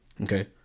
Okay